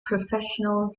professional